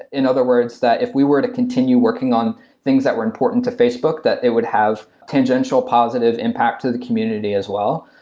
in other words, that if we were to continue working on things that were important to facebook, that it would have tangential positive impact to the community as well.